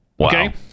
okay